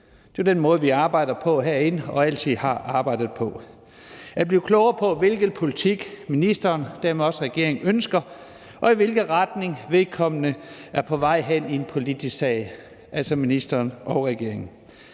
det er jo den måde, vi arbejder på herinde og altid har arbejdet på – nemlig at blive klogere på, hvilken politik ministeren og dermed også regeringen ønsker, og hvilken retning vedkommende, altså ministeren og regeringen,